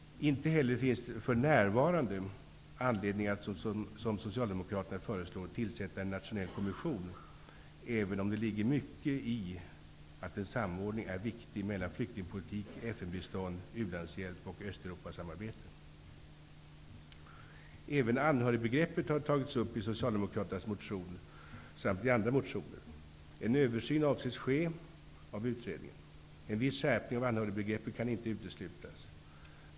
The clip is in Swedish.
Inte heller finns det för närvarande anledning att, såsom socialdemokraterna föreslår, tillsätta en nationell kommission, även om det ligger mycket i att en samordning är viktig mellan flyktingpolitik, FN-bistånd, u-landshjälp och Även anhörigbegreppet har tagits upp i Socialdemokraternas motion Sf626 samt i andra motioner. En översyn avses ske av utredningen. En viss skärpning av anhörigbegreppet kan inte uteslutas.